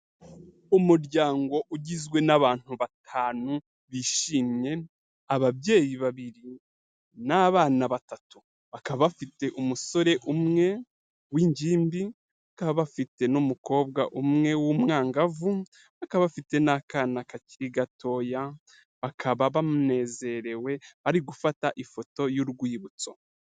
Umuryango ugizwe n'abantu batanu bishimye, ababyeyi babiri, n'abana batatu. Bakaba bafite umusore umwe w'ingimbi, bakaba bafite n'umukobwa umwe w'umwangavu, bakaba bafite n'akana kakiri gatoya, bakaba banezerewe, bari gufata ifoto y'urwibutso.